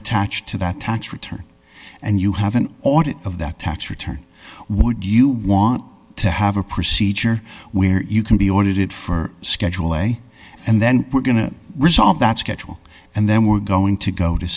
attached to that tax return and you have an audit of that tax return would you want to have a procedure where you can be audited for schedule a and then we're going to resolve that schedule and then we're going to go to